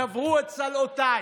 שברו את צלעותיי.